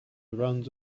around